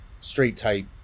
straight-type